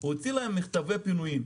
הוא הוציא להם מכתבי פינויים,